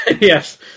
yes